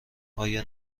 آیا